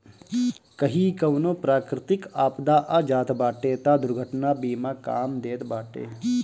कही कवनो प्राकृतिक आपदा आ जात बाटे तअ दुर्घटना बीमा काम देत बाटे